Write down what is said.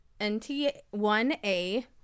NT1A